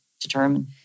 determine